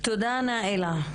תודה נאילה,